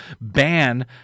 ban